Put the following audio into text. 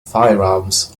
firearms